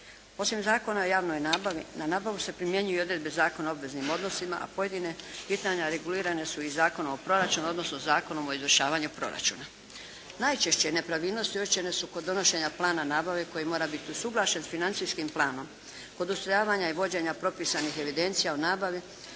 Osim Zakona o javnoj nabavi na nabavu se primjenjuju i odredbe Zakona o obveznim odnosima, a pojedina pitanjima regulirana su i Zakonom o proračunu, odnosno Zakonom o izvršavanju proračuna. Najčešće nepravilnosti uočene su kod donošenja plana nabave koji mora biti usuglašen s financijskim planom, kod ustrojavanja i vođenja propisanih evidencija o nabavi